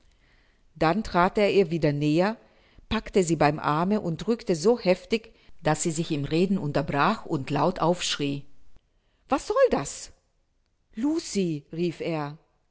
dann trat er ihr wieder näher packte sie beim arme und drückte so heftig daß sie sich im reden unterbrach und laut aufschrie was soll das lucie rief er